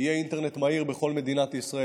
יהיה אינטרנט מהיר בכל מדינת ישראל.